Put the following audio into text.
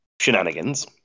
Shenanigans